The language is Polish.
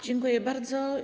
Dziękuję bardzo.